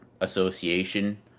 association